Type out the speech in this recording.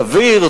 סביר,